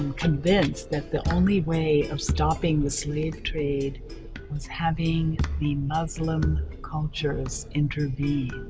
um convinced that the only way of stopping the slave trade was having the muslim cultures intervene.